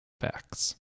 facts